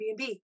Airbnb